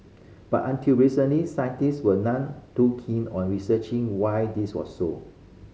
but until recently scientists were none too keen on researching why this was so